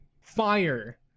fire